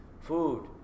Food